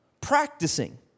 Practicing